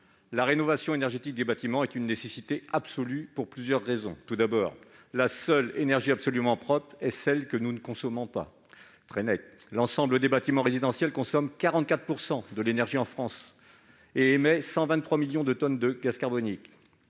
La rénovation énergétique des bâtiments est une nécessité absolue pour plusieurs raisons : la seule énergie absolument propre est celle que nous ne consommons pas ; l'ensemble des bâtiments résidentiels consomme 44 % de l'énergie en France et émet 123 millions de tonnes de gaz carbonique